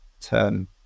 turn